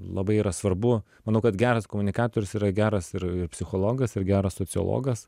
labai yra svarbu manau kad geras komunikatorius yra geras ir ir psichologas ir geras sociologas